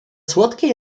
słodkie